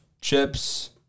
chips